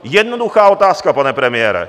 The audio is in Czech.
Jednoduchá otázka, pane premiére.